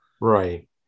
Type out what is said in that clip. right